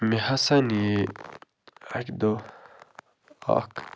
مےٚ ہَسا نِیے اَکہِ دۄہ اکھ